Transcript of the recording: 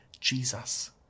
jesus